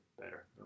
better